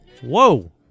Whoa